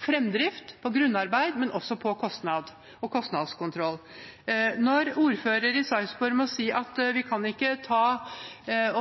fremdrift og grunnarbeid, men også når det gjelder kostnad og kostnadskontroll. Når ordføreren i Sarpsborg må si at vi ikke kan